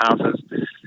houses